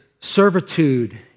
servitude